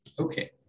Okay